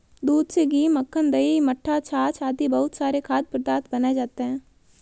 दूध से घी, मक्खन, दही, मट्ठा, छाछ आदि बहुत सारे खाद्य पदार्थ बनाए जाते हैं